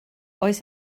oes